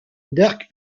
dirk